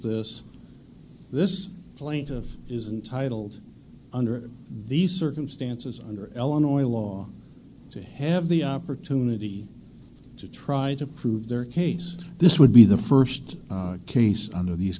this this plaintiff is untitled under these circumstances under ellen oil law to have the opportunity to try to prove their case this would be the first case under these